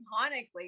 iconically